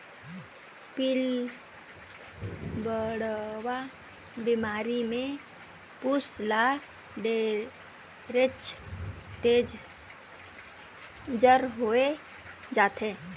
पिलबढ़वा बेमारी में पसु ल ढेरेच तेज जर होय जाथे